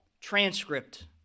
transcript